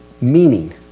meaning